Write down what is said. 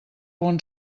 bon